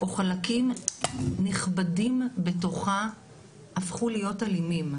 חלקים נכבדים בתוכה הפכו להיות אלימים.